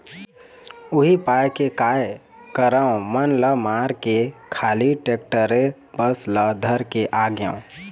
उही पाय के काय करँव मन ल मारके खाली टेक्टरे बस ल धर के आगेंव